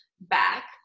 back